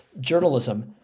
journalism